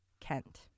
Kent